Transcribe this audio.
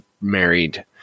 married